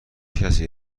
کسی